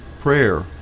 prayer